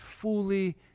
fully